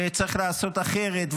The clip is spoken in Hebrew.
וצריך לעשות אחרת,